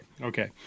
Okay